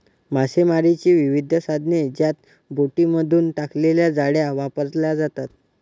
मासेमारीची विविध साधने ज्यात बोटींमधून टाकलेल्या जाळ्या वापरल्या जातात